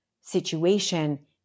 situation